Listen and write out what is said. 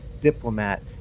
diplomat